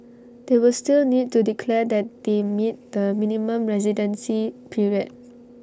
they will still need to declare that they meet the minimum residency period